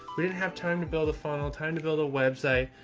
we didn't have time to build a funnel, time to build a website.